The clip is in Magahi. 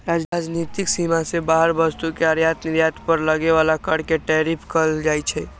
राजनीतिक सीमा से बाहर वस्तु के आयात निर्यात पर लगे बला कर के टैरिफ कहल जाइ छइ